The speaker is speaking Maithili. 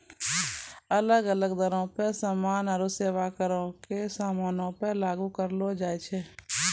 अलग अलग दरो पे समान आरु सेबा करो के समानो पे लागू करलो जाय छै